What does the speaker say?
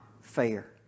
fair